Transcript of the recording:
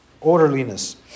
orderliness